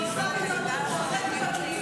התשפ"ד 2024,